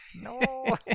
No